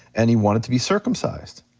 and he wanted to be circumcised.